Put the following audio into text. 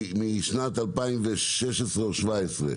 משנת 2016 או 2017,